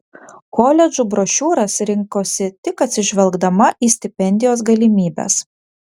koledžų brošiūras rinkosi tik atsižvelgdama į stipendijos galimybes